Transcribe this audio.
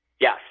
Yes